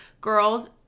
girls